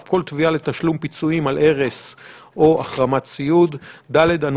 כל תביעה לתשלום פיצויים על הרס או החרמת הציוד; אנו